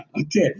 okay